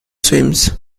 swims